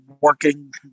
working